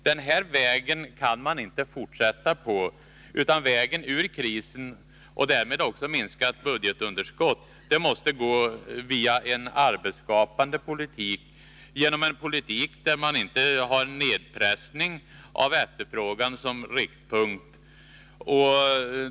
Den här vägen kan man inte fortsätta på, utan vägen ur krisen och därmed till minskat budgetunderskott måste vara en arbetsskapande politik, en politik där man inte har nedpressning av efterfrågan som riktpunkt.